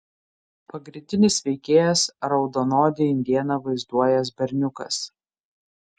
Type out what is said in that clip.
pagrindinis veikėjas raudonodį indėną vaizduojąs berniukas